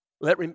Let